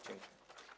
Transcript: Dziękuję.